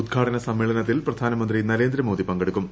ഉദ്ഘാടന സമ്മേളനത്തിൽ പ്രധാനമന്ത്രി നരേന്ദ്രമോദി പങ്കെടുക്കും